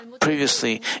Previously